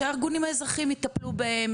שהארגונים האזרחיים יטפלו בהם,